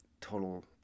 total